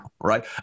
right